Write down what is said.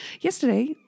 Yesterday